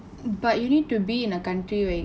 but you need to be in a country where